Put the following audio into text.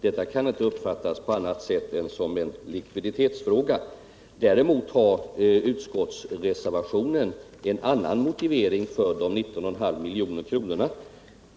Detta kan inte uppfattas på annat sätt än som en likviditetsfråga. Däremot har utskottsmajoriteten en annan motivering för de 19,5 miljoner kronorna.